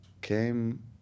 came